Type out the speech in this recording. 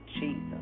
Jesus